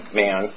man